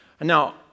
Now